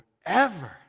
forever